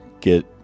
get